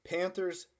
Panthers